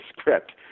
script